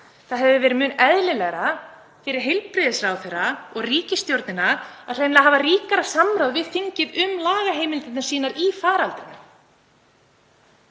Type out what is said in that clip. Það hefði verið mun eðlilegra fyrir heilbrigðisráðherra og ríkisstjórnina að hafa hreinlega ríkara samráð við þingið um lagaheimildir sínar í faraldrinum,